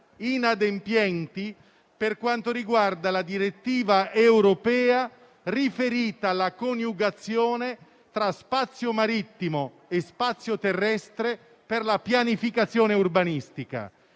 inadempienti per quanto riguarda la direttiva europea riferita alla coniugazione tra spazio marittimo e spazio terrestre per la pianificazione urbanistica.